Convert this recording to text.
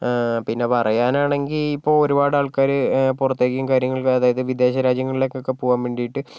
പിന്നെ പറയാനാണെങ്കിൽ ഇപ്പോൾ ഒരുപാട് ആൾക്കാർ പുറത്തേക്കും കാര്യങ്ങൾക്കൊക്കെ അതായത് വിദേശ രാജ്യങ്ങളിലേക്കൊക്കെ പോകാൻ വേണ്ടിയിട്ട്